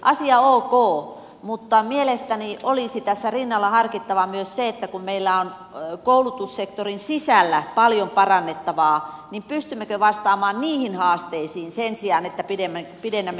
asia ok mutta mielestäni olisi tässä rinnalla harkittava myös se että kun meillä on koulutussektorin sisällä paljon parannettavaa pystymmekö vastaamaan niihin haasteisiin sen sijaan että pidennämme oppivelvollisuutta